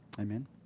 Amen